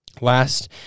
Last